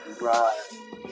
Right